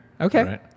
Okay